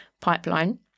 pipeline